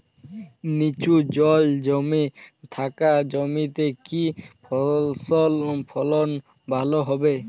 নিচু জল জমে থাকা জমিতে কি ফসল ফলন ভালো হবে?